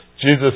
Jesus